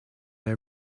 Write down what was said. that